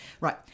Right